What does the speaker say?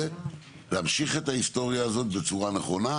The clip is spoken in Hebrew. להמשיך את ההיסטוריה הזאת בצורה נכונה,